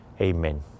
Amen